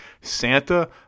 Santa